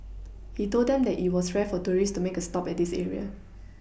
he told them that it was rare for tourists to make a stop at this area